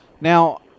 Now